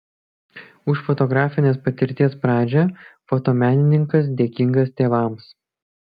už fotografinės patirties pradžią fotomenininkas dėkingas tėvams